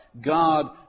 God